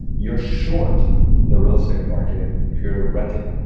you're short the real estate market if you're renting.